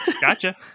gotcha